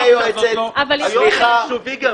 היום זה מחשובי גם.